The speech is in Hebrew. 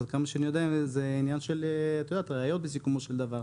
אבל כמה שאני יודע זה עניין של ראיות בסיכומו של דבר,